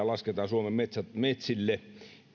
lasketaan suomen metsille